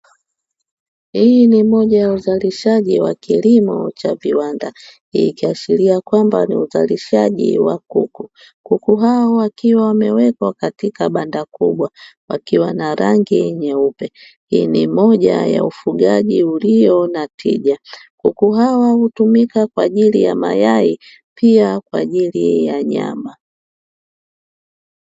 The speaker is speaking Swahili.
Hii ni moja ya uzalishaji wa kilimo cha viwanda, ikiashiria kwamba ni uzalishaji wa kuku, Kuku hao wakiwa wamewekwa katika banda kubwa wakiwa na rangi nyeupe, hii ni moja ya ufugaji ulio na tija, kuku hawa hutumika kwa ajili ya mayai pia kwa ajili ya nyama.